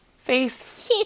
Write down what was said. face